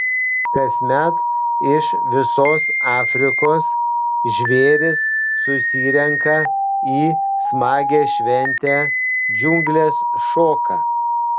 kasmet iš visos afrikos žvėrys susirenka į smagią šventę džiunglės šoka